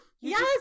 Yes